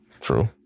True